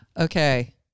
Okay